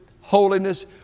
holiness